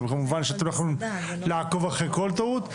כמובן שאתם לא יכולים לעקוב אחרי כל טעויות,